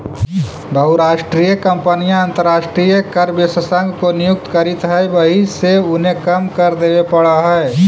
बहुराष्ट्रीय कंपनियां अंतरराष्ट्रीय कर विशेषज्ञ को नियुक्त करित हई वहिसे उन्हें कम कर देवे पड़ा है